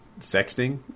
sexting